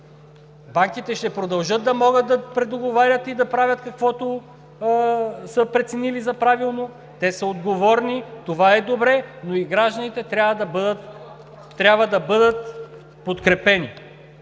Банките ще продължат да могат да предоговарят и да правят каквото са преценили за правилно – те са отговорни, това е добре, но и гражданите трябва да бъдат подкрепени.